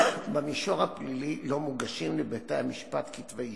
במישור הפלילי לא מוגשים לבתי-המשפט כתבי אישום,